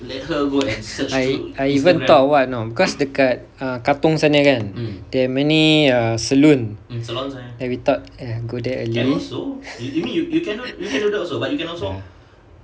I I even thought of what you know because dekat err katong sana kan there are many err salon ya then we thought err go there early ya